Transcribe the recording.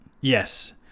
yes